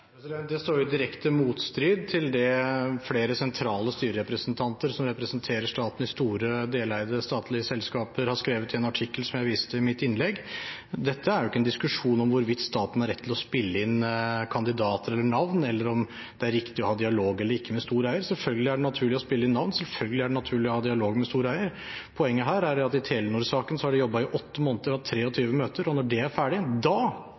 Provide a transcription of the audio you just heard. Det står jo i direkte motstrid til det som flere sentrale styrerepresentanter, som representerer staten i store deleide statlige selskaper, har skrevet i en artikkel som jeg viste til i mitt innlegg. Dette er ikke en diskusjon om hvorvidt staten har rett til å spille inn kandidater eller navn eller om det er riktig eller ikke å ha dialog med en stor eier. Selvfølgelig er det naturlig å spille inn navn, selvfølgelig er det naturlig å ha dialog med stor eier. Poenget her er at i Telenor-saken har de jobbet i åtte måneder og har hatt 23 møter, og når det er ferdig, da